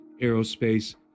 aerospace